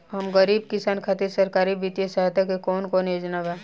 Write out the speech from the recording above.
हम गरीब किसान खातिर सरकारी बितिय सहायता के कवन कवन योजना बा?